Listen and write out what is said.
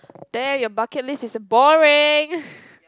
there your bucket list is boring